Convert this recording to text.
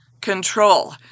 control